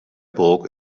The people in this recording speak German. burg